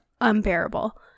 unbearable